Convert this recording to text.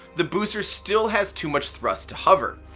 the booster still has too much thrust to hover.